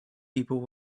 people